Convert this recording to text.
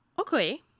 okay